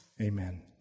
Amen